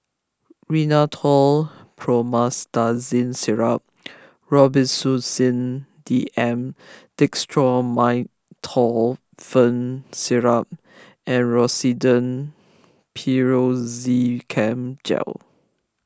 Rhinathiol Promethazine Syrup Robitussin D M Dextromethorphan Syrup and Rosiden Piroxicam Gel